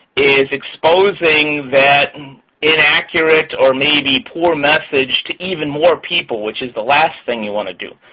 is exposing that inaccurate or maybe poor message to even more people, which is the last thing you want to do.